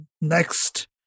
next